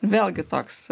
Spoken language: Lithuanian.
vėlgi toks